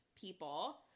people